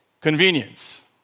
Convenience